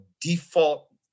default